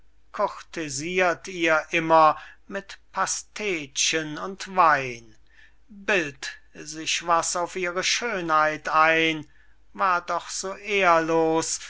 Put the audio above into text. ihr immer mit pastetchen und wein bild't sich was auf ihre schönheit ein war doch so